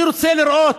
אני רוצה לראות,